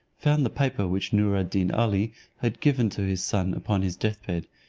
found the paper which noor ad deen ali had given to his son upon his deathbed,